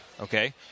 Okay